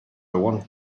want